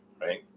right